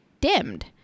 dimmed